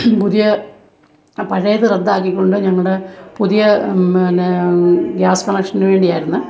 പുതിയെ ആ പഴയത് റദ്ദാക്കിക്കൊണ്ട് ഞങ്ങളുടെ പുതിയ പിന്നെ ഗ്യാസ് കണക്ഷന് വേണ്ടിയായിരുന്നു